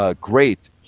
great